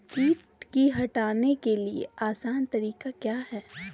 किट की हटाने के ली आसान तरीका क्या है?